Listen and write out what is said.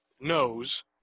knows